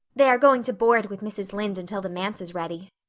they are going to board with mrs. lynde until the manse is ready.